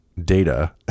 data